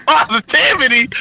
Positivity